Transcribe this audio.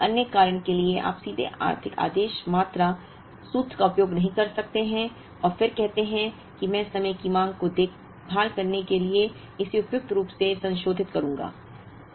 इसलिए एक अन्य कारण के लिए आप सीधे आर्थिक आदेश मात्रा सूत्र का उपयोग नहीं कर सकते हैं और फिर कहते हैं कि मैं समय की मांग की देखभाल करने के लिए इसे उपयुक्त रूप से संशोधित करूंगा